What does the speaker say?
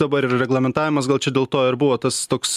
dabar yra reglamentavimas gal čia dėl to ir buvo tas toks